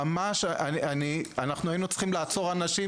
עד כדי כך שהיינו צריכים לעצור אנשים